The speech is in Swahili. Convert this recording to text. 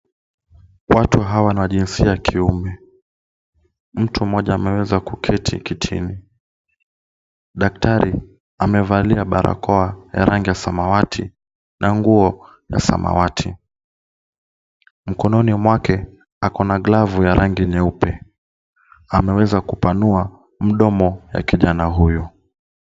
Watu hawa ni wa jinsia ya kiume. Mtu mmoja ameweza kuketi kitini. Daktari amevalia barakoa ya rangi ya samawati na nguo ya samawati. Mkononi mwake ako na glavu ya rangi nyeupe. Ameweza kupanua mdomo wa kijana huyu.